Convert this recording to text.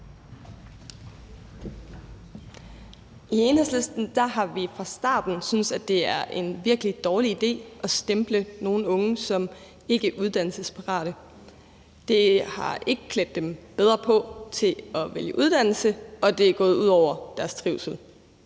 I Enhedslisten har vi fra starten syntes, at det er en virkelig dårlig idé at stemple nogle unge som ikkeuddannelsesparate. Det har ikke klædt dem bedre på til at vælge uddannelse, og det er gået ud over deres trivsel.